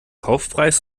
kaufpreis